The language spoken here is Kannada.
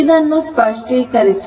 ಇದನ್ನು ಸ್ಪಷ್ಟೀಕರಿಸೋಣ